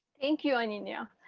thank you, aninia,